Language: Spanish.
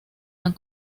han